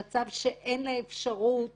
למצב שאין לה אפשרות